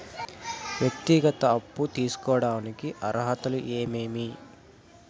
వ్యక్తిగత అప్పు తీసుకోడానికి అర్హతలు ఏమేమి